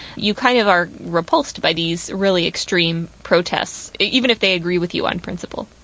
you kind of are repulsed by these really extreme protests, even if they agree with you on principle.